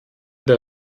der